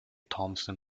thompson